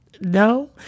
No